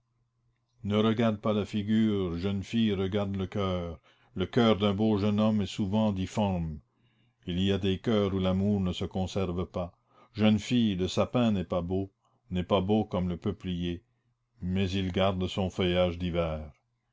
ne regarde pas la figure jeune fille regarde le coeur le coeur d'un beau jeune homme est souvent difforme il y a des coeurs où l'amour ne se conserve pas jeune fille le sapin n'est pas beau n'est pas beau comme le peuplier mais il garde son feuillage l'hiver